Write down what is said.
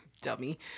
Dummy